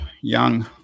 young